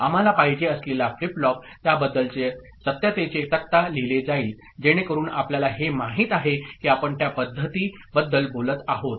आम्हाला पाहिजे असलेले फ्लिप फ्लॉप त्याबद्दलचे सत्यतेचे तक्ता लिहिले जाईल जेणेकरून आपल्याला हे माहित आहे की आपण त्या पद्धती बद्दल बोलत आहोत